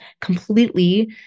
completely